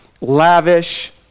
lavish